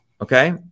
okay